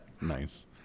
Nice